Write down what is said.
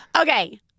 Okay